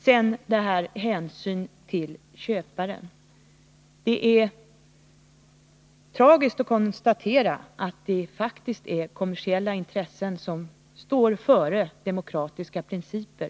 Sedan beträffande hänsyn till köparen: Det är tragiskt att i det här fallet behöva konstatera att kommersiella intressen faktiskt går före demokratiska principer.